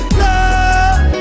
love